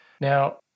Now